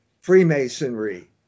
Freemasonry